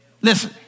Listen